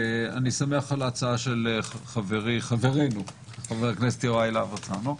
אני שמח על ההצעה של חברנו חבר הכנסת יוראי להב הרצנו,